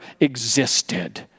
existed